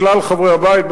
לכלל חברי הבית,